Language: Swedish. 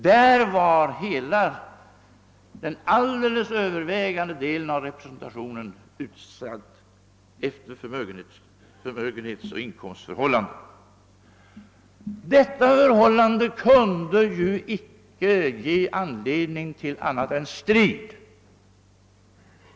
Där var den alldeles övervägande delen av representationen uppbyggd på grundval av förmögenhetsoch inkomstförhållanden. Denna ord ning kunde icke ge anledning till annat än strid.